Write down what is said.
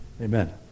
Amen